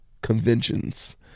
conventions